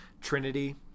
Trinity